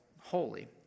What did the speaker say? Holy